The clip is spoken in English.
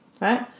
right